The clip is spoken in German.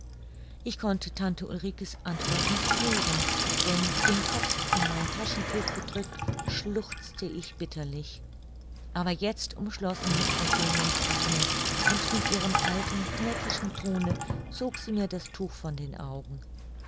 ich konnte tante ulrike's antwort nicht hören denn den kopf in mein taschentuch gedrückt schluchzte ich bitterlich aber jetzt umschlossen mich eugeniens arme und mit ihrem alten neckischen tone zog sie mir das tuch von den augen